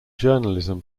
journalism